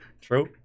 True